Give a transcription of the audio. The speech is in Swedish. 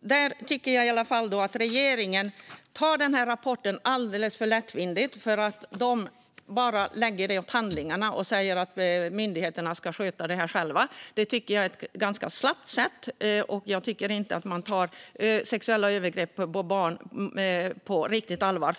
Jag tycker i alla fall att regeringen tar den här rapporten alldeles för lättvindigt. De bara lägger den till handlingarna och säger att myndigheterna ska sköta det här själva. Det tycker jag är ett ganska slappt sätt. Jag tycker inte att man tar sexuella övergrepp på barn på riktigt allvar.